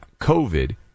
COVID